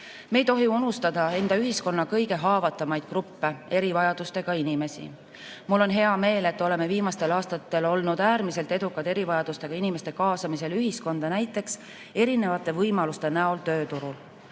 ei tohi unustada enda ühiskonna kõige haavatavamat gruppi – erivajadustega inimesi. Mul on hea meel, et oleme viimastel aastatel olnud äärmiselt edukad erivajadustega inimeste kaasamisel ühiskonda, näiteks erinevate võimaluste näol tööturul.